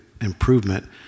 improvement